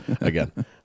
Again